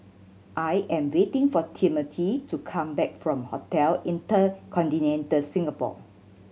I am waiting for Timmothy to come back from Hotel InterContinental Singapore